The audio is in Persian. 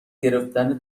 گرفتن